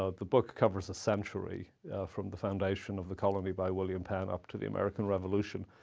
ah the book covers a century from the foundation of the colony by william penn up to the american revolution.